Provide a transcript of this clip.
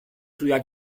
sulla